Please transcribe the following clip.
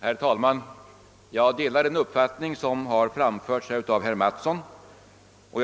Herr talman! Jag delar den uppfattning som herr Mattsson framfört.